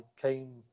came